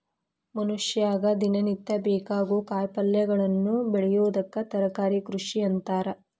ಮನಷ್ಯಾಗ ದಿನನಿತ್ಯ ಬೇಕಾಗೋ ಕಾಯಿಪಲ್ಯಗಳನ್ನ ಬೆಳಿಯೋದಕ್ಕ ತರಕಾರಿ ಕೃಷಿ ಅಂತಾರ